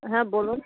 হ্যাঁ বলুন